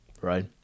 right